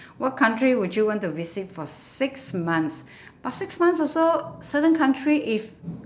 what country would you want to visit for six months but six months also certain country if